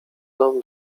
dom